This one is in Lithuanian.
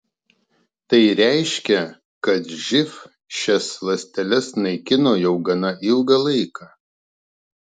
tai reiškia kad živ šias ląsteles naikino jau gana ilgą laiką